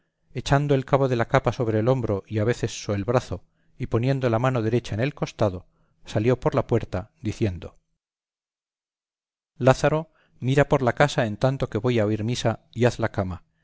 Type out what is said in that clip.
echando el cabo de la capa sobre el hombro y a veces so el brazo y poniendo la mano derecha en el costado salió por la puerta diciendo lázaro mira por la casa en tanto que voy a oír misa y haz la cama